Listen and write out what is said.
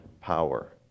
power